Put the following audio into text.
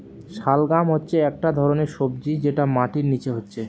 শালগাম হচ্ছে একটা ধরণের সবজি যেটা মাটির নিচে হচ্ছে